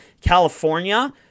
California